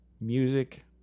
Music